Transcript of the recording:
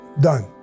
Done